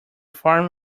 farm